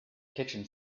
kitchen